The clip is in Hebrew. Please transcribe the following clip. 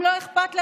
אם לא אכפת לאדוני,